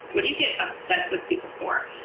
what do you get upset with people for?